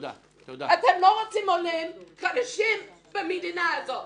אתם לא רוצים עולים חדשים במדינה הזו,